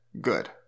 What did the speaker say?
good